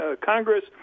Congress